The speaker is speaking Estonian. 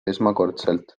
esmakordselt